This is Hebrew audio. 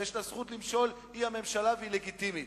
יש לה זכות למשול, היא הממשלה והיא לגיטימית.